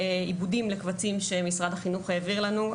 עיבודים לקבצים שמשרד החינוך העביר לנו,